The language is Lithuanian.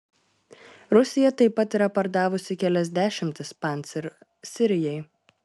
rusija taip pat yra pardavusi kelias dešimtis pancyr sirijai